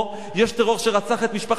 יש טרור שרצח את משפחת פוגל.